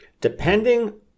Depending